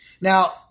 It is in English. Now